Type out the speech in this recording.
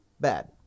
bad